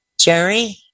Jerry